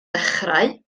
dechrau